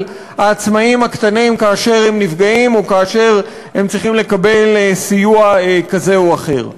העסקים הקטנים כאשר הם נפגעים או כאשר הם צריכים לקבל סיוע כזה או אחר.